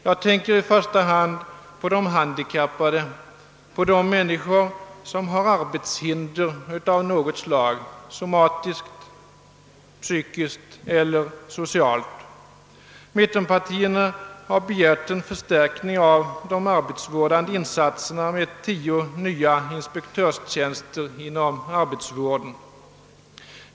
Jag tänker i första hand på de handikappade, på de människor som har arbetshinder av något slag, somatiskt, psykiskt eller socialt. Mittenpartierna har begärt en förstärkning av de arbetsvårdande insatserna med 10 nya inspektörstjänster inom arbetsvården.